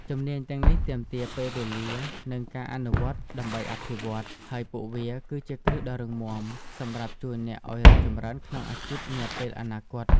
ជំនាញទាំងនេះទាមទារពេលវេលា និងការអនុវត្តដើម្បីអភិវឌ្ឍ ហើយពួកវាគឺជាគ្រឹះដ៏រឹងមាំសម្រាប់ជួយអ្នកឲ្យរីកចម្រើនក្នុងអាជីពនាពេលអនាគត។